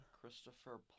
Christopher